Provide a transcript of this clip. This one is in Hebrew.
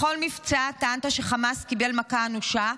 בכל מבצע טענת שחמאס קיבל מכה אנושה,